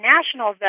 National